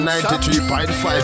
93.5